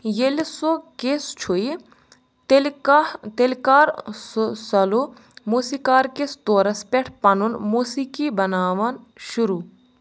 ییلہٕ سُہ کِس چھُ یہِ تیٚلہٕ کانٛہہ تیٚلہِ کر سُھ سولو موسیقار کِس طورس پٮ۪ٹھ پنُن موسیقی بناون شروٗع